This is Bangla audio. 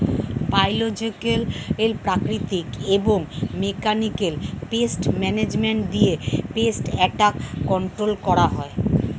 বায়োলজিকাল, প্রাকৃতিক এবং মেকানিকাল পেস্ট ম্যানেজমেন্ট দিয়ে পেস্ট অ্যাটাক কন্ট্রোল করা হয়